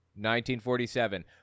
1947